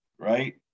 right